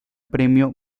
premio